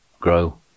grow